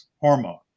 hormone